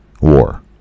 war